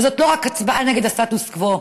וזאת לא רק הצבעה נגד הסטטוס קוו,